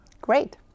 Great